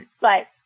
Right